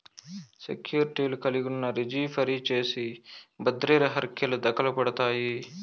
సెక్యూర్టీలు కలిగున్నా, రిజీ ఫరీ చేసి బద్రిర హర్కెలు దకలుపడతాయి